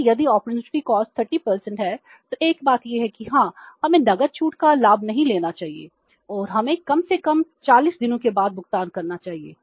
इसलिए यदि opportunity cost 30 है तो एक बात यह है कि हाँ हमें नकद छूट का लाभ नहीं लेना चाहिए और हमें कम से कम 40 दिनों के बाद भुगतान करना चाहिए